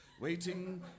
waiting